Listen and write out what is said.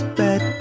bed